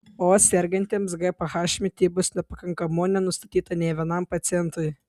o sergantiems gph mitybos nepakankamumo nenustatyta nė vienam pacientui